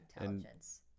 intelligence